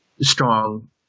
strong